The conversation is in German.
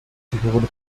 gehörende